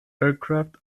aircraft